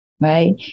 right